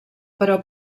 però